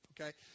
okay